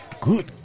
Good